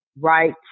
right